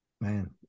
Man